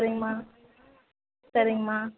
சரிங்கம்மா சரிங்கம்மா